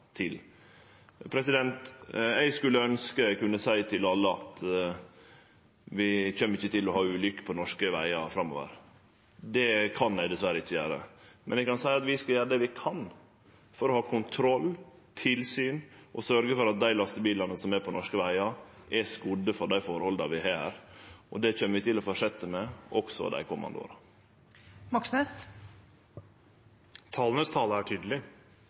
Eg skulle ønskje eg kunne seie til alle at vi ikkje kjem til å ha ulukker på norske vegar framover. Det kan eg dessverre ikkje gjere. Men eg kan seie at vi skal gjere det vi kan for å ha kontroll og tilsyn og å sørgje for at dei lastebilane som er på norske vegar, er skodde for dei forholda vi har her. Det kjem vi til å fortsetje med også i dei komande åra. Tallenes tale er